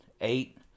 eight